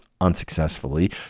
unsuccessfully